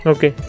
Okay